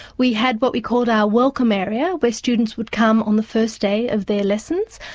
we had what we called our welcome area, where students would come on the first day of their lessons,